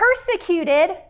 persecuted